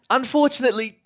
unfortunately